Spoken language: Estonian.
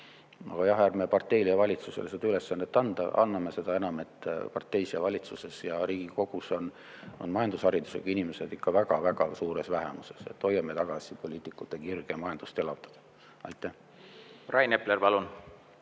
Aga jah, ärme parteile ja valitsusele seda ülesannet anname, seda enam, et parteis, valitsuses ja Riigikogus on majandusharidusega inimesed ikka väga suures vähemuses. Hoiame tagasi poliitikute kirge majandust elavdada! Rain Epler, palun!